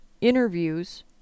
interviews